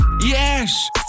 Yes